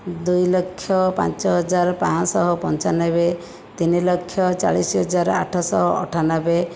ଦୁଇ ଲକ୍ଷ ପାଞ୍ଚ ହଜାର ପାଞ୍ଚଶହ ପଞ୍ଚାନବେ ତିନି ଲକ୍ଷ ଚାଳିଶ ହଜାର ଆଠଶହ ଅଠାନବେ